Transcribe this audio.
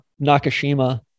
Nakashima